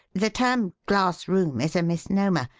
the term glass room is a misnomer.